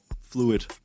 fluid